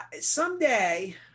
someday